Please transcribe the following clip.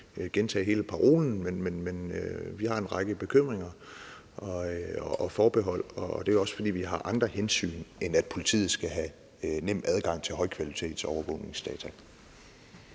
vi har en række bekymringer og forbehold. Det er også, fordi vi har andre hensyn at tage, end at politiet skal have nem adgang til højkvalitetsovervågningsdata.